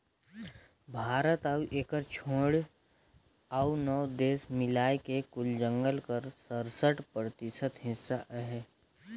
भारत अउ एकर छोंएड़ अउ नव देस मिलाए के कुल जंगल कर सरसठ परतिसत हिस्सा अहे